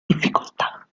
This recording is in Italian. difficoltà